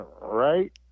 right